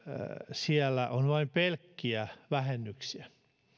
siellä on vain pelkkiä vähennyksiä